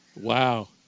Wow